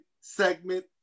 segment